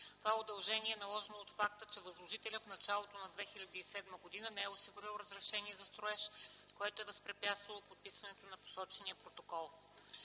Това удължение е наложено от факта, че Възложителят в началото на 2007 г. не е осигурил разрешение за строеж, което е възпрепятствало подписването на посочения протокол.